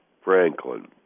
Franklin